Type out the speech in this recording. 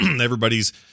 everybody's